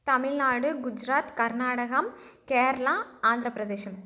தமிழ்நாடு குஜராத் கர்நாடகம் கேரளா ஆந்திரப்பிரதேசம்